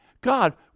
God